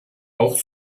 auch